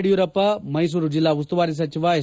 ಯಡಿಯೂರಪ್ಪ ಮೈಸೂರು ಜಿಲ್ಲಾ ಉಸ್ತುವಾರಿ ಸಚಿವ ಎಸ್